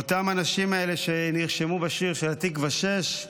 אותם האנשים האלה שנרשמו בשיר של התקווה 6,